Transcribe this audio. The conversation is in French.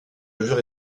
levure